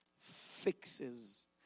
fixes